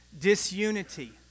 Disunity